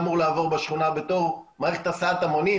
אמור לעבור בשכונה בתור מערכת הסעת המונים,